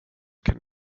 kan